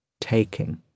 taking